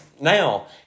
now